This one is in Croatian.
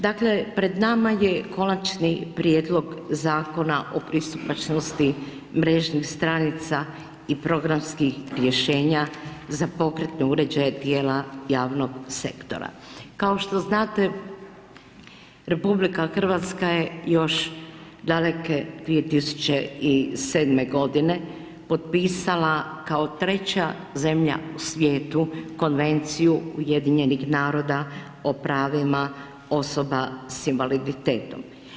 Dakle, pred nama je Konačni prijedlog Zakona o pristupačnosti mrežnih stranica i programskih rješenja za pokretne uređaje tijela javnog sektora, kao što znate RH je još daleke 2007. godine potpisala kao 3 zemlja u svijetu Konvenciju UN-a o pravima osoba s invaliditetom.